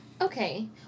Okay